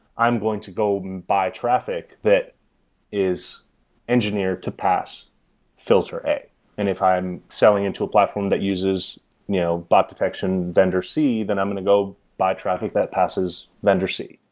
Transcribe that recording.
i'm going to go buy traffic that is engineered to pass filter a. and if i'm selling into a platform that uses you know bot detection vendor c, then i'm going to go buy traffic that passes vendor c.